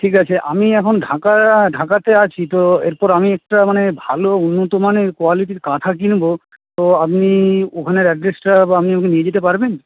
ঠিক আছে আমি এখন ঢাকা ঢাকাতে আছি তো এরপর আমি একটা মানে ভালো উন্নত মানের কোয়ালিটির কাঁথা কিনব তো আপনি ওখানের অ্যাড্রেসটা বা আপনি আমাকে নিয়ে যেতে পারবেন